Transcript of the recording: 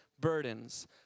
burdens